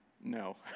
No